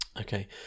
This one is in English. Okay